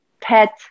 pet